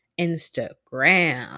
Instagram